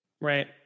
Right